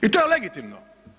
I to je legitimno.